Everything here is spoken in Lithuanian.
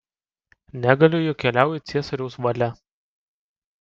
negaliu juk keliauju ciesoriaus valia